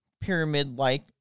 pyramid-like